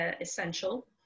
essential